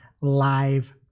live